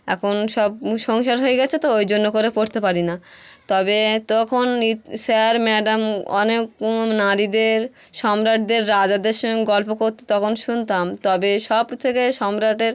এখন সব সংসার হয়ে গেছে তো ওই জন্য করে পড়তে পারি না তবে তখনই স্যার ম্যাডাম অনেক কোনো নারীদের সম্রাটদের রাজাদের সঙ্গে গল্প করতো তখন শুনতাম তবে সব থেকে সম্রাটের